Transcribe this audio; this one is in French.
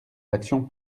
d’actions